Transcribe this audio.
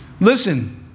Listen